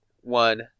one